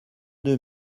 deux